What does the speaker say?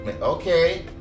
Okay